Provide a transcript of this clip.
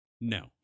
No